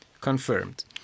confirmed